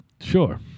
Sure